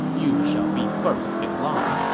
you shall be first in line.